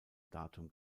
datum